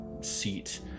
seat